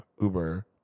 Uber